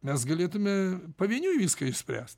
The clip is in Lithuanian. mes galėtume pavieniui viską išspręst